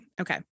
Okay